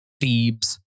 Thebes